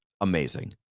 amazing